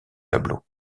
tableau